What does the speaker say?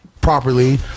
properly